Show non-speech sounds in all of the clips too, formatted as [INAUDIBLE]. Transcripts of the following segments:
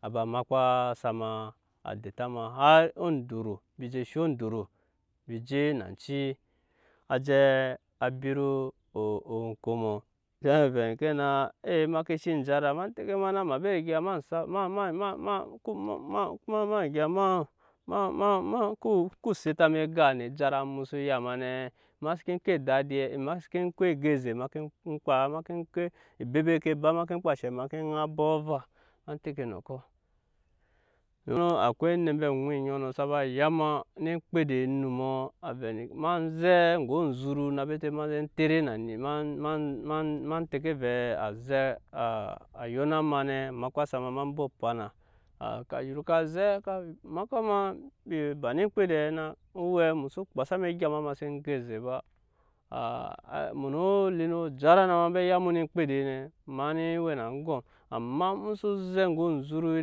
A ba makpasa ma a denta ma har ondoro embi je sho ondoro mbi je nanci a bit okomɔ a se vɛ ke na ee ma seken jara ma tɛke a na ma ben riga sa [HESITATION] ku seta ne egap ne ejara mu so ya ma nɛ ma seke ko edadi ma seke ko e go eze ma ke kpa ma ke ebebet ke ba ma ke kpa eshe ma ke ŋai abɔk ava ma tɛke enɔkɔ, akwai onet ambe aŋui oŋɔnɔ sa ba ene kpedeɛ onumɔ a vɛ ne ke ma zɛ eŋge onzuru na bete ma zɛ tere na ni [HESITATION] ma tɛke vɛɛ a zɛ a yona ma nɛ makpasa ma ba opana a ka yokpa zɛ a makpa ma embi ba eme kpedeɛ na owɛ mu xso kpasa maega ma seen go eze ba a emu noo li no jara na ma ba ya mu eme kpedeɛ nɛ ma neen we na aŋgɔm amma mu so zɛ eŋge onzurui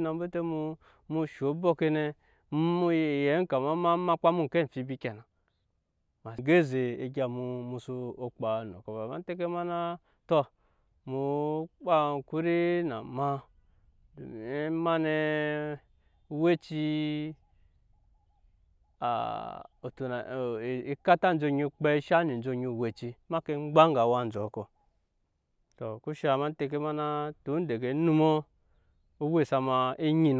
no shaŋ obɔke nɛ mu yɛn kama ma makpa mu oŋke amfibi kenan ma xsen go eze egya mu so kpa enɔkɔ ba ma tɛke ma na tɔ mu woo kpa akuri na ma ema nɛ owɛci [HESITATION] ekata enje onyi okpɛi e shat ne enje owɛci ma ke gba eŋge awa njɔkɔ eŋke shaŋ ma tɛke ma na tun daga onumɔ o we sa ma enyina.